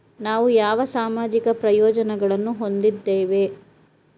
ನಾವು ಯಾವ ಸಾಮಾಜಿಕ ಪ್ರಯೋಜನಗಳನ್ನು ಹೊಂದಿದ್ದೇವೆ?